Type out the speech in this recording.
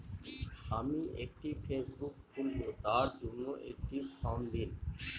আমি একটি ফেসবুক খুলব তার জন্য একটি ফ্রম দিন?